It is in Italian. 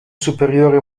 superiore